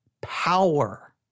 power